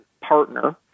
partner